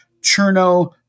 Cherno